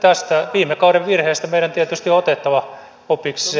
tästä viime kauden virheestä meidän tietysti on otettava opiksi